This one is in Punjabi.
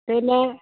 ਅਤੇ ਮੈਂ